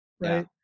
right